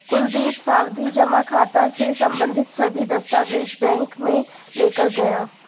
कुलदीप सावधि जमा खाता से संबंधित सभी दस्तावेज बैंक में लेकर गया